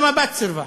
גם הבת סירבה.